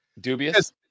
dubious